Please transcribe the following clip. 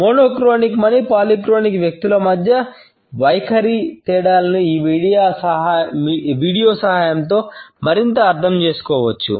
monochronic సహాయంతో మరింత అర్థం చేసుకోవచ్చు